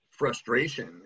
frustration